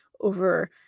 over